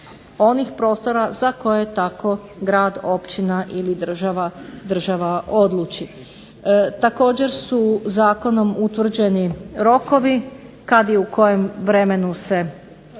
onih prostora za koje tako grad, općina ili država odluči. Također su zakonom utvrđeni rokovi kada i u kojem vremenu se